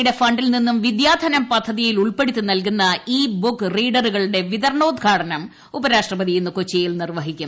യുടെ ഫ ിൽ നിന്നും വിദ്യാധനം പദ്ധതിയിൽ ഉൾപ്പെടുത്തി നൽകുന്ന ഇ ബുക്ക് റീഡറുകളുടെ വിതരണോദ്ഘാടനം ഉപരാഷ്ട്രപതി ഇന്ന് കൊച്ചിയിൽ നിർവ്വഹിക്കും